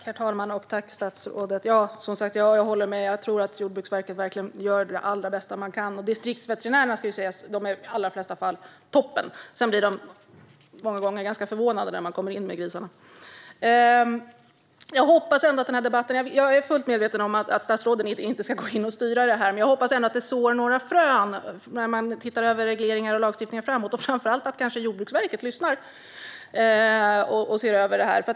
Herr talman! Jag tackar statsrådet. Som sagt håller jag med. Jag tror att Jordbruksverket verkligen gör det allra bästa man kan. Distriktsveterinärerna är i de allra flesta fall toppen. Sedan blir de många gånger ganska förvånade när man kommer in med grisarna. Jag är fullt medveten om att statsrådet inte ska gå in och styra det här, men jag hoppas ändå att den här debatten sår några frön inför kommande översyner av regleringar och lagstiftning. Framför allt hoppas jag att Jordbruksverket lyssnar och ser över det här.